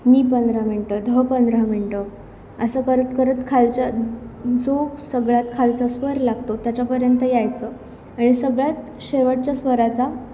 नी पंधरा मिनटं ध पंधरा मिनटं असं करत करत खालचा जो सगळ्यात खालचा स्वर लागतो त्याच्यापर्यंत यायचं आणि सगळ्यात शेवटच्या स्वराचा